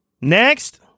Next